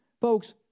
Folks